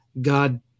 God